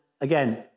again